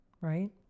right